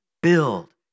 build